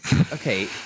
Okay